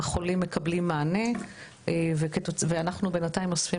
החולים מקבלים מענה ואנחנו בינתיים אוספים